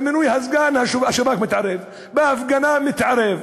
במינוי הסגן השב"כ מתערב, בהפגנה, מתערב,